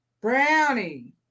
brownie